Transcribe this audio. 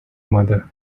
mother